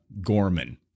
Gorman